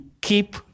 keep